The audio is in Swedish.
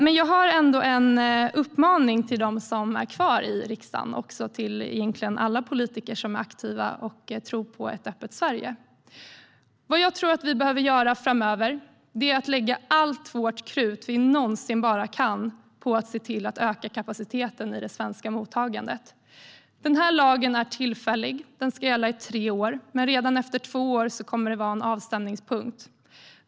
Men jag har ändå en uppmaning till alla er som är kvar i riksdagen och till alla aktiva politiker som tror på ett öppet Sverige. Vi behöver framöver lägga allt vårt krut på att se till att öka kapaciteten i det svenska mottagandet. Lagen är tillfällig och ska gälla i tre år. Redan efter två år kommer det att vara en avstämningspunkt.